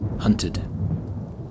Hunted